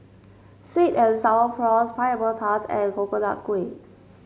Sweet and Sour Prawns Pineapple Tart and Coconut Kuih